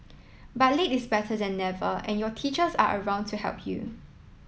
but late is better than never and your teachers are around to help you